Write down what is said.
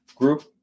group